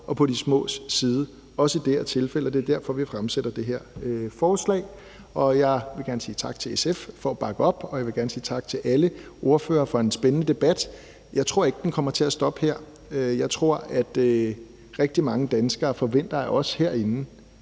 og de smås side, også i dette tilfælde, og det er derfor, vi fremsætter det her forslag. Jeg vil gerne sige tak til SF for at bakke op, og jeg vil gerne sige tak til alle ordførere for en spændende debat. Jeg tror ikke, den kommer til at stoppe her, jeg tror, at rigtig mange danskere forventer af os herinde,